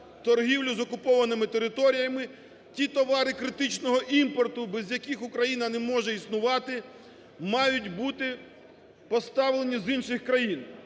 торгівлю з окупованими територіями. Ті товари критичного імпорту, без яких Україна не може існувати, мають бути поставлені з інших країн,